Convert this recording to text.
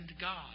God